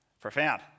Profound